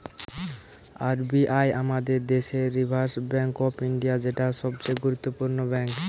R B I আমাদের দেশের reserve bank of India, যেটা সবচে গুরুত্বপূর্ণ ব্যাঙ্ক